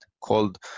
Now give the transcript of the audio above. called